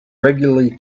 regularly